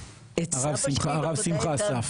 הרב שמחה אסף.